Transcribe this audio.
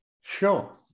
Sure